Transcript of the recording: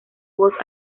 voz